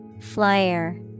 Flyer